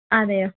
അതെയോ